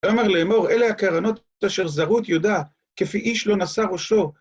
ויאמר לאמור, אלה הקרנות אשר זרו את יהודה, כפי איש לא נשא ראשו.